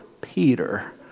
peter